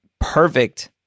perfect